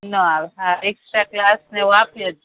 નો આવે હા એકસ્ટ્રા ક્લાસને એવું આપીએ